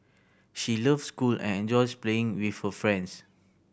she loves school and enjoys playing with her friends